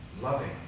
Loving